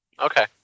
okay